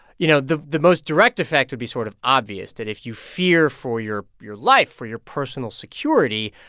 you know, the the most direct effect would be sort of obvious that if you fear for your your life, for your personal security,